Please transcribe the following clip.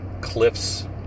cliffs